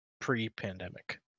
pre-pandemic